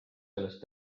sellest